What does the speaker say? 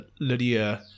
Lydia